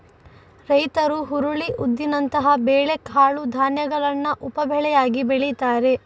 ರೈತರು ಹುರುಳಿ, ಉದ್ದಿನಂತಹ ಬೇಳೆ ಕಾಳು ಧಾನ್ಯಗಳನ್ನ ಉಪ ಬೆಳೆಯಾಗಿ ಬೆಳೀತಾರೆ